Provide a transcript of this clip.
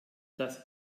das